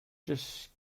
just